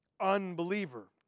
unbeliever